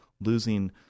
losing